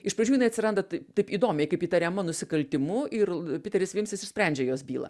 iš pradžių jinai atsiranda taip įdomiai kaip įtariama nusikaltimu ir piteris vimsis išsprendžia jos bylą